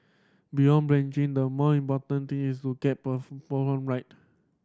beyond branching the more important thing is to get programme right